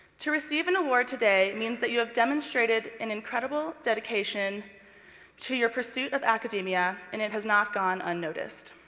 to receive an award today means that you have demonstrated an incredible dedication to your pursuit of academia and it has not gone unnoticed.